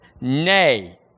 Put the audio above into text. Nay